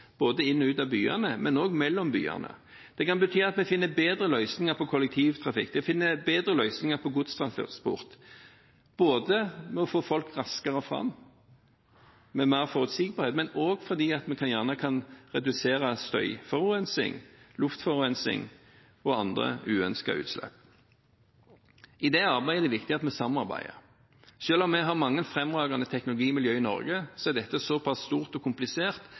både inn og ut av byene og mellom byene. Det kan bety at vi finner bedre løsninger på kollektivtrafikk, bedre løsninger på godstransport, både med å få folk raskere fram med mer forutsigbarhet og med at vi kan redusere støyforurensning, luftforurensning og andre uønskede utslag. I det arbeidet er det viktig at vi samarbeider. Selv om vi har mange fremragende teknologimiljøer i Norge, er dette såpass stort og komplisert